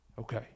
okay